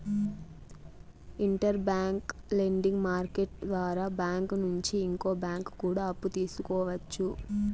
inter bank lending market ద్వారా bank నుంచి ఇంకో బ్యాంకు కూడా అప్పు తీసుకోవచ్చు